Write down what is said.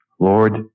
Lord